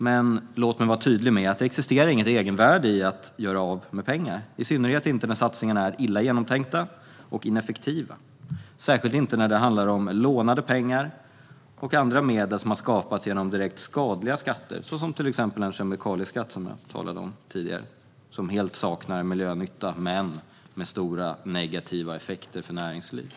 Men låt mig vara tydlig: Det existerar inget egenvärde i att göra av med pengar, i synnerhet inte när satsningarna är illa genomtänkta och ineffektiva och särskilt inte när det handlar om lånade pengar och andra medel som har skapats genom direkt skadliga skatter, till exempel den kemikalieskatt som jag talade om tidigare, som helt saknar miljönytta men medför stora negativa effekter för näringslivet.